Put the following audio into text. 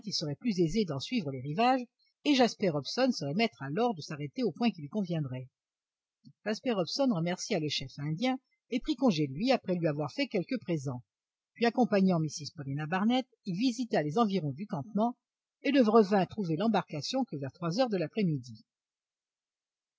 serait plus aisé d'en suivre les rivages et jasper hobson serait maître alors de s'arrêter au point qui lui conviendrait jasper hobson remercia le chef indien et prit congé de lui après lui avoir fait quelques présents puis accompagnant mrs paulina barnett il visita les environs du campement et ne revint trouver l'embarcation que vers trois heures après-midi